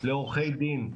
לעורכי דין.